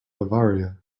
bavaria